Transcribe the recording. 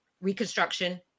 Reconstruction